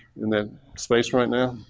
and that space right now?